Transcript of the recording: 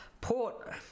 Port